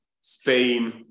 Spain